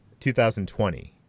2020